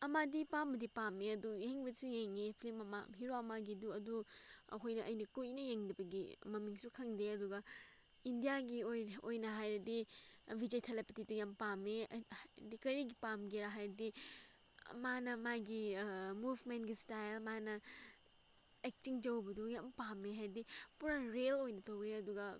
ꯑꯃꯗꯤ ꯄꯥꯝꯕꯗꯤ ꯄꯥꯝꯃꯦ ꯑꯗꯣ ꯌꯦꯡꯕꯁꯨ ꯌꯦꯡꯉꯤ ꯐꯤꯂꯝ ꯑꯃ ꯍꯤꯔꯣ ꯑꯃꯒꯤꯗꯨ ꯑꯗꯨ ꯑꯩꯈꯣꯏꯅ ꯑꯩꯅ ꯀꯨꯏꯅ ꯌꯦꯡꯗꯕꯒꯤ ꯃꯃꯤꯡꯁꯨ ꯈꯪꯗꯦ ꯑꯗꯨꯒ ꯏꯟꯗꯤꯌꯥꯒꯤ ꯑꯣꯏꯅ ꯍꯥꯏꯔꯗꯤ ꯕꯤꯖꯦ ꯊꯂꯥꯄꯊꯤꯗꯣ ꯌꯥꯝ ꯄꯥꯝꯃꯦ ꯍꯥꯏꯗꯤ ꯀꯔꯤꯒꯤ ꯄꯥꯝꯒꯦꯔ ꯍꯥꯏꯔꯗꯤ ꯃꯥꯅ ꯃꯥꯒꯤ ꯃꯨꯚꯃꯦꯟꯒꯤ ꯏꯁꯇꯥꯏꯜ ꯃꯥꯅ ꯑꯦꯛꯇꯤꯡ ꯇꯧꯕꯗꯨ ꯌꯥꯝ ꯄꯥꯝꯃꯦ ꯍꯥꯏꯗꯤ ꯄꯨꯔꯥ ꯔꯤꯌꯦꯜ ꯑꯣꯏꯅ ꯇꯧꯋꯦ ꯑꯗꯨꯒ